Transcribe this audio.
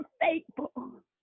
faithful